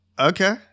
Okay